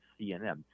CNN